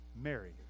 Mary